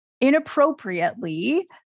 inappropriately